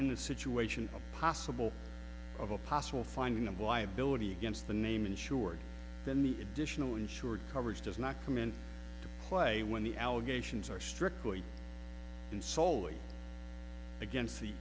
in the situation a possible of a possible finding of why ability against the name insured than the additional insured coverage does not come into play when the allegations are strictly and soley against the